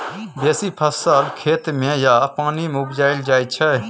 बेसी फसल खेत मे या पानि मे उपजाएल जाइ छै